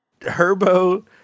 Herbo